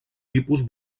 tipus